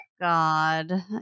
God